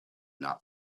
not